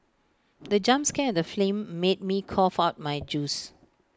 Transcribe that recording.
the jump scare in the film made me cough out my juice